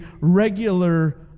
regular